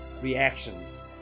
reactions